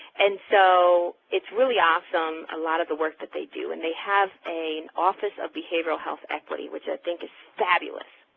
and so it's really awesome, a lot of the work that they do, and they have an and office of behavioral health equity, which i think is fabulous.